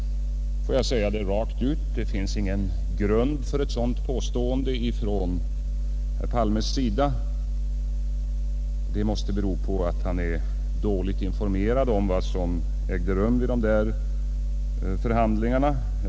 Får jag säga rakt ut att det inte finns någon grund för ett sådant påstående av herr Palme. Det måste bero på att han är dåligt informerad om vad som ägde rum vid dessa förhandlingar.